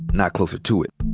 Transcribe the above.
not closer to it.